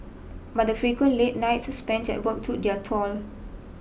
but the frequent late nights spent at work took their toll